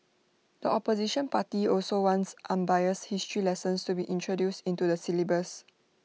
the opposition party also wants unbiased history lessons to be introduced into the syllabus